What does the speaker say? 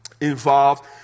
involved